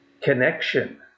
connection